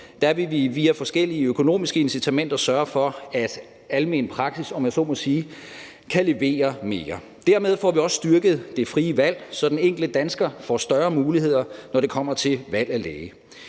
bane vil vi via forskellige økonomiske incitamenter sørge for, at almen praksis, om jeg så må sige, kan levere mere. Dermed får vi også styrket det frie valg, så den enkelte dansker får større muligheder, når det kommer til valg af læge.